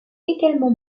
également